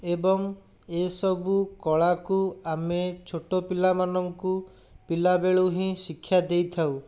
ଏବଂ ଏସବୁ କଳାକୁ ଆମେ ଛୋଟ ପିଲାମାନଙ୍କୁ ପିଲାବେଳୁ ହିଁ ଶିକ୍ଷା ଦେଇଥାଉ